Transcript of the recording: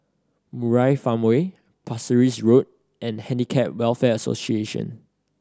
Murai Farmway Pasir Ris Road and Handicap Welfare Association